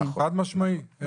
חד-משמעית.